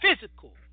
physical